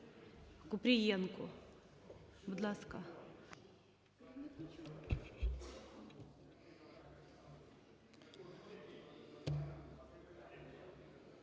Купрієнку. Будь ласка.